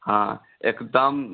हाँ एकदम